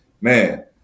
man